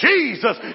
Jesus